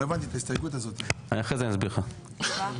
שבעה.